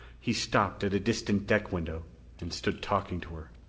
he stopped at a distant deck window and stood talking to her.